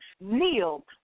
kneel